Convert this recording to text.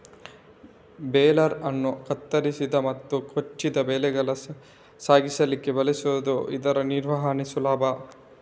baler ಅನ್ನು ಕತ್ತರಿಸಿದ ಮತ್ತು ಕೊಚ್ಚಿದ ಬೆಳೆಗಳ ಸಾಗಿಸ್ಲಿಕ್ಕೆ ಬಳಸ್ತಿದ್ದು ಇದ್ರ ನಿರ್ವಹಣೆ ಸುಲಭ